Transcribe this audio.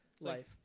Life